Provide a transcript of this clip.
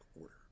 order